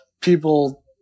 people